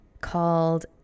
called